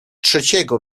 trzeciego